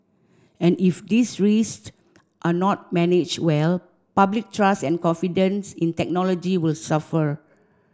and if these are not manage well public trust and confidence in technology will suffer